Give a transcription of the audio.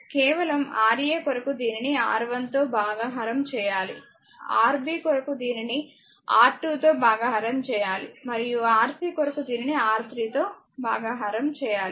కేవలం Ra కొరకు దీనిని R1 తో భాగహారం చేయాలి Rb కొరకు దీనిని R2 తో భాగహారం చేయాలిమరియు Rc కొరకు దీనిని R3 తో భాగహారం చేయాలి